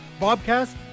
bobcast